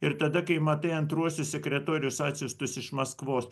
ir tada kai matai antruosius sekretorius atsiųstus iš maskvos